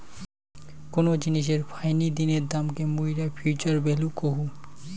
কোন জিনিসের ফাইনি দিনের দামকে মুইরা ফিউচার ভ্যালু কহু